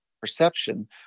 perception